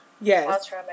Yes